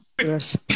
Yes